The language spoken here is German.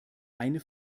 eine